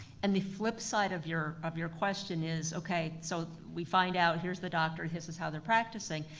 and the flip side of your of your question is, okay, so we find out here's the doctor, this is how they're practicing.